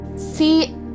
See